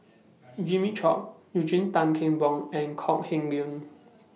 Jimmy Chok Eugene Tan Kheng Boon and Kok Heng Leun